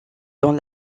dans